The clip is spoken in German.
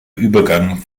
übergang